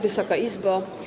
Wysoka Izbo!